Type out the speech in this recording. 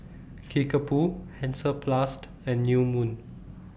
Kickapoo Hansaplast and New Moon